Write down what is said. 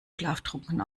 schlaftrunken